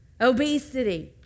obesity